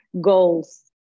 goals